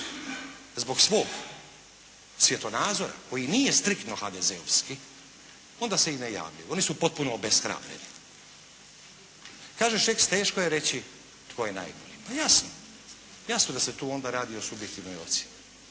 zbog svog svjetonazora koji nije striktno HDZ-ovski, onda se i ne javljaju, oni su potpuno obeshrabreni. Kaže Šeks, teško je reći tko je najbolji. Pa jasno. Jasno da se tu onda radi o subjektivnoj ocjeni.